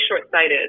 short-sighted